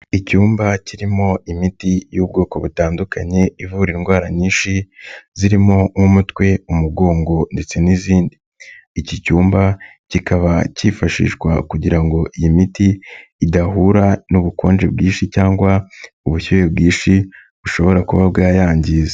Icyumba kirimo imiti y'ubwoko butandukanye ivura indwara nyinshi zirimo umutwe, umugongo ndetse n'izindi. Iki cyumba kikaba cyifashishwa kugira ngo iyi miti idahura n'ubukonje bw'inshi cyangwa ubushyuhe bwinshi bushobora kuba bwayangiza.